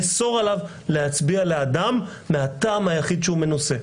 להצביע לאדם מהטעם היחיד שהוא מנוסה.